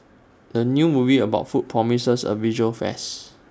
the new movie about food promises A visual feast